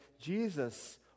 Jesus